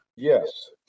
Yes